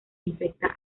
infecta